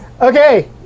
Okay